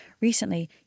recently